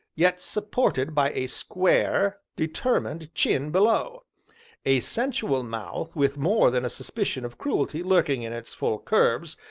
yet supported by a square, determined chin below a sensual mouth with more than a suspicion of cruelty lurking in its full curves,